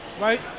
Right